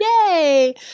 yay